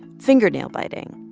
fingernail biting.